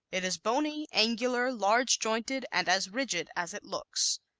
it is bony, angular, large-jointed and as rigid as it looks.